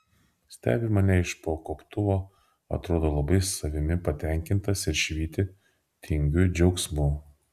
stebi mane iš po gobtuvo atrodo labai savimi patenkintas ir švyti tingiu džiaugsmu